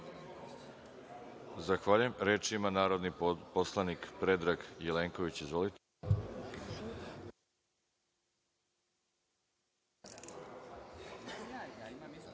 Zahvaljujem. Reč ima narodni poslanik Predrag Jelenković. Izvolite. **Predrag